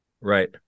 right